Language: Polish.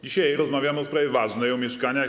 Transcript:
Dzisiaj rozmawiamy o sprawie ważnej, o mieszkaniach.